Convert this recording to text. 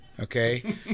okay